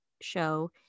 show